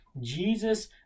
Jesus